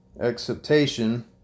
acceptation